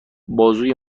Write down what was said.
بازوی